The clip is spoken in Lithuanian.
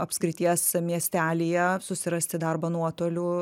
apskrities miestelyje susirasti darbą nuotoliu